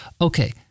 Okay